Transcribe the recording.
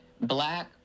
black